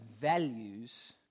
values